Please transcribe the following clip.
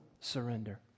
surrender